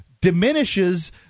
diminishes